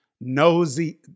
Nosy